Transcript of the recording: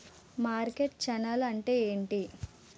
Market channel అంటే ఏంటి?